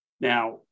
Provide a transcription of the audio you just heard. Now